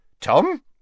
Tom